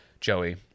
Joey